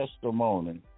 testimony